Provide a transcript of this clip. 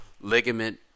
ligament